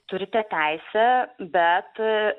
turite teisę bet